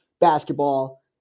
basketball